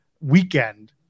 weekend